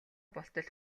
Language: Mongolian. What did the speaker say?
болтол